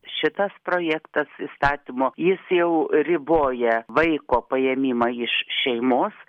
šitas projektas įstatymo jis jau riboja vaiko paėmimą iš šeimos